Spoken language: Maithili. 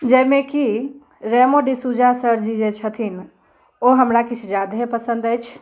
जाहिमे कि रेमो डिसूजा सरजी जे छथिन ओ हमरा किछु जादे ही पसन्द अछि